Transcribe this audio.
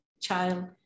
child